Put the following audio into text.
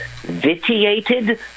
vitiated